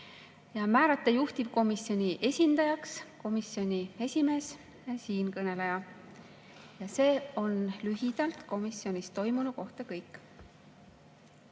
Määrata juhtivkomisjoni esindajaks komisjoni esimees ehk siinkõneleja. See on lühidalt komisjonis toimunu kohta kõik.